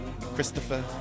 Christopher